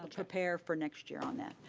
but prepared for next year on that.